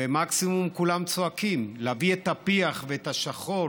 ומקסימום כולם צועקים, להביא את הפיח ואת השחור